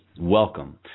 welcome